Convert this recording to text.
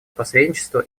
посредничества